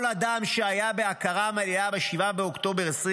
כל אדם שהיה בהכרה מלאה ב-7 באוקטובר 2023